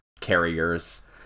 carriers